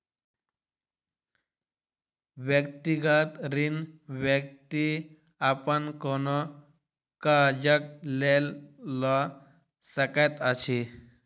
व्यक्तिगत ऋण व्यक्ति अपन कोनो काजक लेल लऽ सकैत अछि